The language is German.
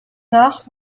nach